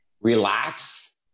Relax